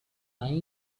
lying